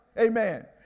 Amen